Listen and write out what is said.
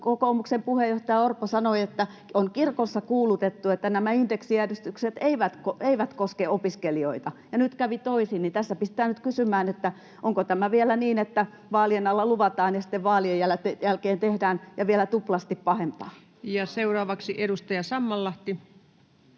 kokoomuksen puheenjohtaja Orpo sanoi, että on kirkossa kuulutettu, että nämä indeksijäädytykset eivät koske opiskelijoita, ja nyt kävi toisin. Tässä pistää nyt kysymään, onko tämä vielä niin, että vaalien alla luvataan ja sitten vaalien jälkeen tehdään ja vielä tuplasti pahempaa. Ja seuraavaksi edustaja Sammallahti.